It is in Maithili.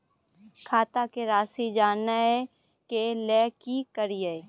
खाता के राशि जानय के लेल की करिए?